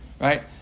right